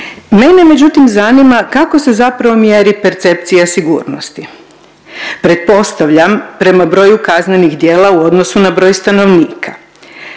Mene međutim zanima kako se zapravo mjeri percepcija sigurnosti. Pretpostavljam prema broju kaznenih djela u odnosu na broj stanovnika.